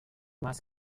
moss